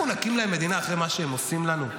אנחנו נקים להם מדינה אחרי מה שהם עושים לנו?